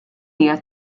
hija